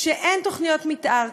כשאין תוכניות מתאר,